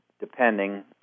depending